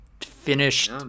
Finished